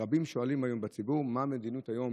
רבים שואלים היום בציבור מה המדיניות היום